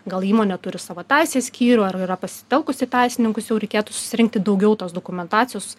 gal įmonė turi savo teisės skyrių ar yra pasitelkusi teisininkus jau reikėtų susirinkti daugiau tos dokumentacijos